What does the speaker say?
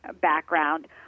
background